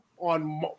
on